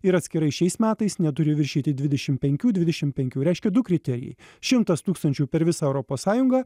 ir atskirai šiais metais neturi viršyti dvidešim penkių dvidešim penkių reiškia du kriterijai šimtas tūkstančių per visą europos sąjungą